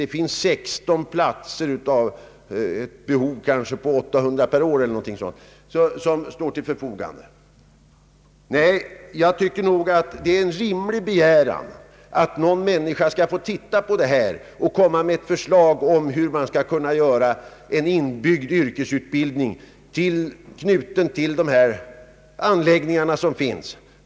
Där finns 16 platser till förfogande.» Jag tycker nog att det är en rimlig begäran att någon bör få titta på det här och komma med ett förslag om hur en inbyggd yrkesutbildning skall kunna anordnas i anslutning till de anläggningar som finns.